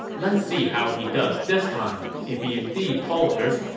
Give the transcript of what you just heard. let's see how he does this time. if he indeed falters,